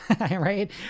right